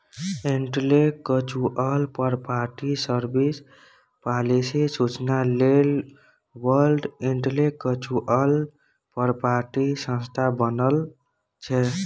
intellectual property service, policy सुचना लेल world intellectual property संस्था बनल छै